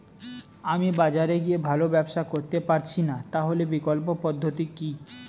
আমি বাজারে গিয়ে ভালো ব্যবসা করতে পারছি না তাহলে বিকল্প পদ্ধতি কি?